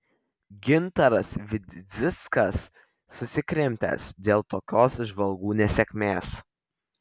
gintaras vidzickas susikrimtęs dėl tokios žvalgų nesėkmės